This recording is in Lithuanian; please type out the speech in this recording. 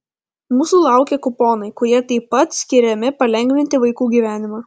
mūsų laukia kuponai kurie taip pat skiriami palengvinti vaikų gyvenimą